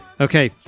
Okay